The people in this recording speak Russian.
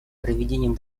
проведением